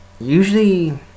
usually